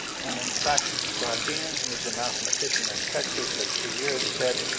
and in fact, gaudin, who was a mathematician in texas, has for years said,